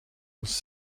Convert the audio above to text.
was